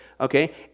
Okay